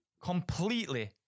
completely